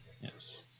Yes